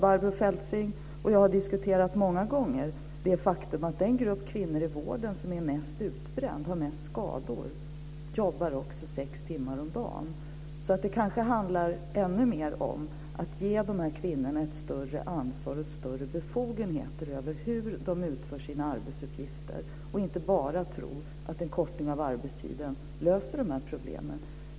Barbro Feltzing och jag har diskuterat många gånger det faktum att den grupp kvinnor i vården som är mest utbränd och som har mest skador är de som jobbar sex timmar om dagen. Det kanske handlar ännu mer om att ge de här kvinnorna ett större ansvar och större befogenheter över hur de utför sina arbetsuppgifter och inte bara tro att en kortning av arbetstiden löser de här problemen.